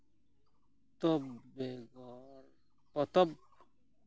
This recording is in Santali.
ᱯᱚᱛᱚᱵᱽ ᱵᱮᱜᱚᱨ ᱯᱚᱛᱚᱵᱽ